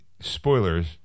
Spoilers